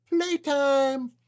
playtime